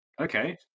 Okay